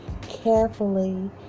carefully